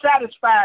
satisfied